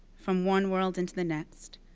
from one world into the next.